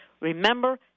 Remember